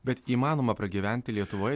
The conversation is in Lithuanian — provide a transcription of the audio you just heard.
bet įmanoma pragyventi lietuvoje